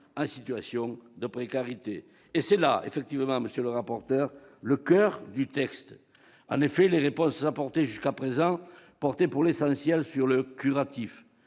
en situation de précarité. C'est effectivement là, monsieur le rapporteur, qu'est le coeur du texte. En effet, les réponses apportées jusqu'à présent portaient, pour l'essentiel, sur le curatif,